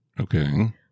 Okay